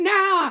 now